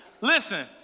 Listen